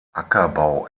ackerbau